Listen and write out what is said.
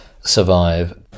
survive